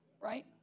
right